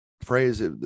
phrase